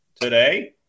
today